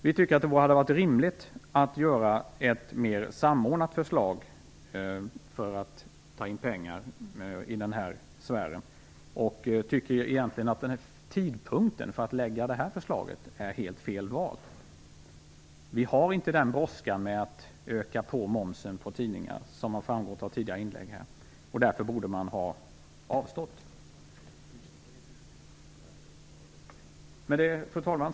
Vi tycker att det hade varit rimligt med ett mer samordnat förslag för att ta in pengar i den här sfären. Vi tycker egentligen att tidpunkten för förslaget är helt fel vald. Vi har ingen brådska med att öka på momsen på tidningar, som framgått av tidigare inlägg här. Därför borde man ha avstått. Fru talman!